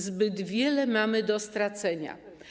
Zbyt wiele mamy do stracenia.